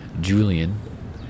Julian